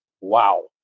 Wow